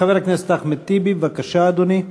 חבר הכנסת אחמד טיבי, בבקשה, אדוני.